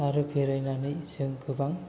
आरो बेरायनानै जों गोबां